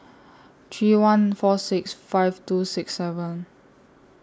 three one four six five two six seven